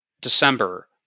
December